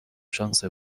شانس